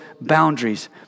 boundaries